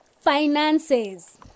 Finances